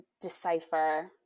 decipher